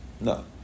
No